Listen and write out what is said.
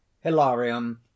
hilarion